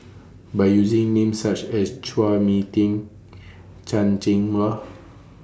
By using Names such as Chua Mia Tee Chan Cheng Wah